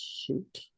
shoot